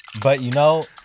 but you know,